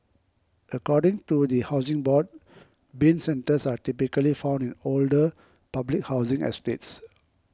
according to the Housing Board Bin centres are typically found in older public housing estates